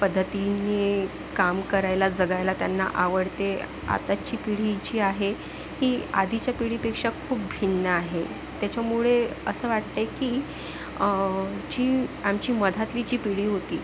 पद्धतीनी काम करायला जगायला त्यांना आवडते आताची पिढी जी आहे ही आधीच्या पिढीपेक्षा खूप भिन्न आहे त्याच्यामुळे असं वाटते की जी आमची मधातली जी पिढी होती